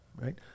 right